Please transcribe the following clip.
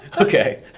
Okay